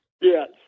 Yes